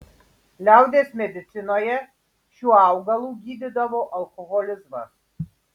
liaudies medicinoje šiuo augalu gydydavo alkoholizmą